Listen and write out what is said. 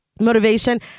motivation